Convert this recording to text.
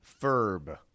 Ferb